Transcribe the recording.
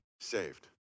saved